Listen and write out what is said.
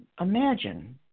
Imagine